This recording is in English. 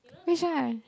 which one I've